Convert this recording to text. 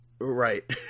Right